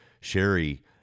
Sherry